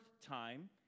time